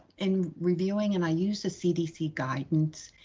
in reviewing and i use the cdc guidance,